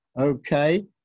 okay